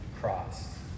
cross